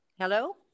Hello